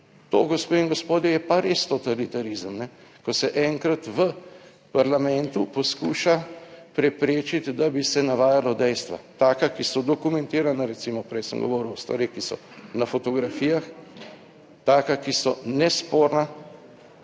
To, gospe in gospodje, je pa res totalitarizem. Ko se enkrat v parlamentu poskuša preprečiti, da bi se navajalo dejstva, taka, ki so dokumentirana, recimo, prej sem govoril o stvareh, ki so na fotografijah, taka, ki so nesporna,